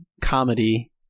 comedy